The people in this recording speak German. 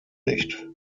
nicht